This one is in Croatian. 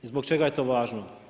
Zbog čega je to važno?